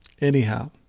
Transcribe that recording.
Anyhow